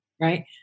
right